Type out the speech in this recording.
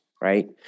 right